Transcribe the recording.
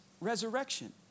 resurrection